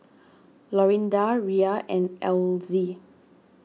Lorinda Rhea and Elzie